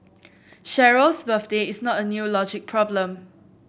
Cheryl's birthday is not a new logic problem